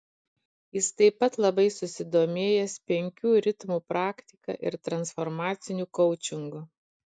jis taip pat labai susidomėjęs penkių ritmų praktika ir transformaciniu koučingu